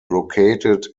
located